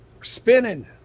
Spinning